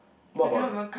what about